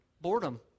boredom